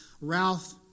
Ralph